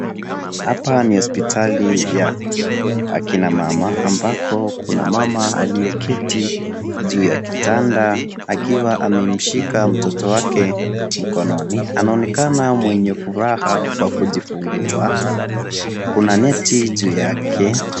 Hapa ni hospitali ya kina mama ambako kuna mama alie keti juu ya kitanda akiwa amemshika mtoto wake mkononi. Anaonekana mwenye furaha kwa kujifungua. Kuna neti juu yake.